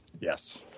Yes